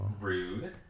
Rude